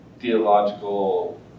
theological